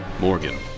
Morgan